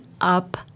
up